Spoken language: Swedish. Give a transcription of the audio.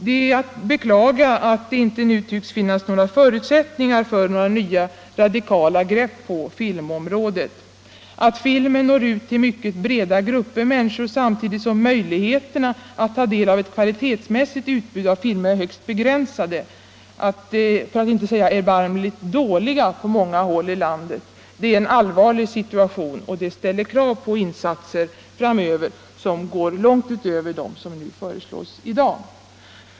Det är att beklaga att det inte nu tycks finnas några förutsättningar för nya, radikala grepp på filmområdet. Att filmen når ut till mycket breda grupper av människor samtidigt som möjligheterna att ta del av ett kvalitetsmässigt utbud av filmer är högst begränsade, för att inte säga erbarmligt dåliga, på många håll i landet är en allvarlig situation, och det ställer krav på insatser framöver som går långt utöver dem som föreslås i dag.